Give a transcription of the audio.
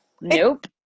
nope